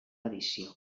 edició